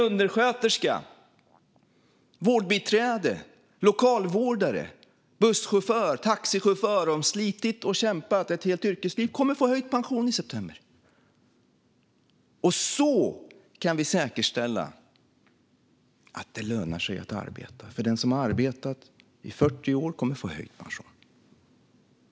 Undersköterskan, vårdbiträdet, lokalvårdaren, busschauffören och taxiföraren som har slitit och kämpat ett helt yrkesliv kommer att få höjd pension i september. På detta sätt kan vi säkerställa att det lönar sig att arbeta. Den som har arbetat i 40 år kommer att få höjd pension.